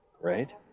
Right